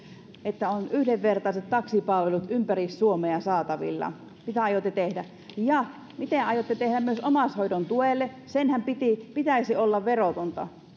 että on yhdenvertaiset taksipalvelut ympäri suomea saatavilla mitä aiotte tehdä ja mitä aiotte tehdä omaishoidon tuelle senhän pitäisi pitäisi olla verotonta